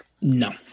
No